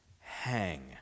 hang